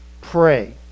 pray